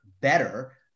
better